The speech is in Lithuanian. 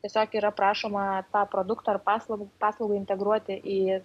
tiesiog yra prašoma tą produktą ar paslaugą paslaugą integruoti į